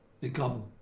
become